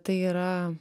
tai yra